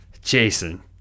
Jason